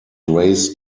raised